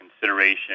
consideration